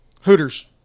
Hooters